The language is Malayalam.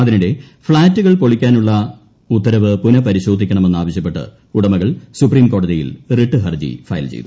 അതിനിടെ ഫ്ളാറ്റുകൾ പൊളിക്കാനുള്ള ഉത്തരവ് പുനപരിശോധിക്കണമെന്ന് ആവശ്യപ്പെട്ട് ഉട്ടമുകൾ സുപ്രീംകോടതിയിൽ റിട്ട് ഹർജി ഫയൽ ചെയ്തു